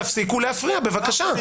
תפסיקו להפריע, בבקשה.